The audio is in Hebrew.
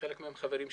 חלק מהם חברים שלי.